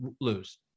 lose